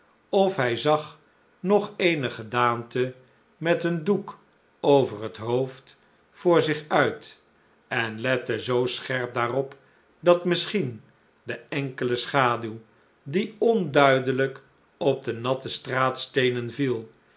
of hij zag nog eene gedaante met een doek over het hoofd voor zich uit en lette zoo scherp daarop dat misschien de enkele schaduw die onduidelijk op de natte straatsteenen viel